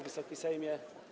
Wysoki Sejmie!